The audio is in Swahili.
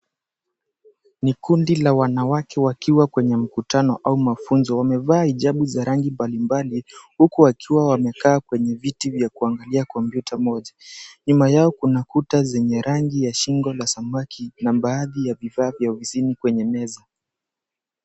Ni kundi la wanawake wakiwa kwenye mkutano au mafunzo. Wamevaa hijabu za rangi mbalimbali huku wakiwa wamekaa kwenye viti vya kuangalia kompyuta moja. Nyuma yao kuna kuta zenye rangi ya shingo la samaki na baadhi ya bidhaa vya ofisini kwenye meza.